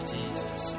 Jesus